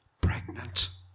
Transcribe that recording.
Pregnant